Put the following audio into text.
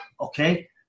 Okay